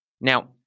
Now